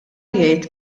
jgħid